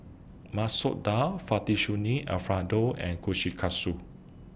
Masoor Dal Fettuccine Alfredo and Kushikatsu